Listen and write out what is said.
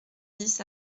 dix